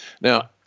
now